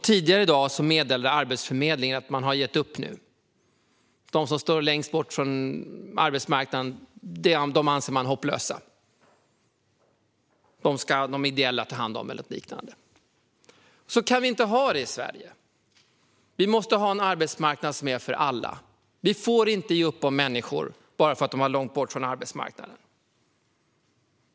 Tidigare i dag meddelade Arbetsförmedlingen att man nu har gett upp och räknar dem som står längst bort från arbetsmarknaden som hopplösa. Dem ska de ideella eller något liknande ta hand om. Så kan vi inte ha det i Sverige. Vi måste ha en arbetsmarknad som är för alla. Vi får inte ge upp om människor bara för att de står långt bort från arbetsmarknaden.